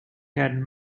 had